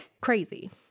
Crazy